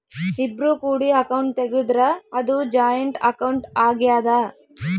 ಇಬ್ರು ಕೂಡಿ ಅಕೌಂಟ್ ತೆಗುದ್ರ ಅದು ಜಾಯಿಂಟ್ ಅಕೌಂಟ್ ಆಗ್ಯಾದ